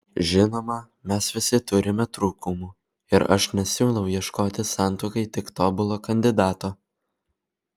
žinoma mes visi turime trūkumų ir aš nesiūlau ieškoti santuokai tik tobulo kandidato